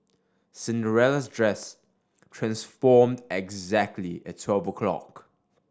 Cinderella's dress transformed exactly at twelve o'clock